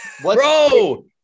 bro